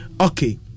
Okay